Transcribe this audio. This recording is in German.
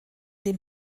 dem